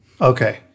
Okay